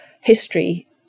history